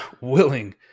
willing